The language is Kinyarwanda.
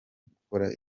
gukora